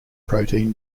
protein